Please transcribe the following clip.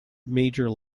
major